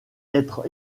être